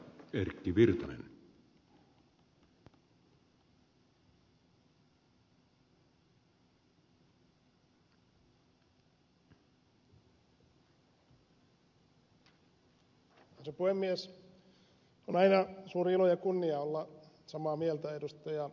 on aina suuri ilo ja kunnia olla samaa mieltä ed